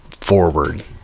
forward